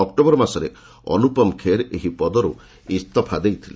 ଅକ୍ଲୋବର ମାସରେ ଅନୁପମ ଖେର ଏହି ପଦର୍ ଇସ୍ତଫା ଦେଇଥିଲେ